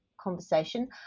conversation